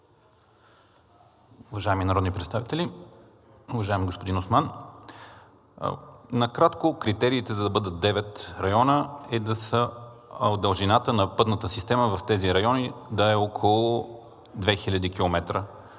Уважаеми народни представители! Уважаеми господин Осман, накратко критериите, за да бъдат 9 района – дължината на пътната система в тези райони да е около 2000 км